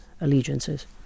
allegiances